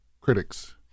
critics